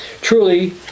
Truly